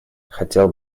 хотел